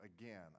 again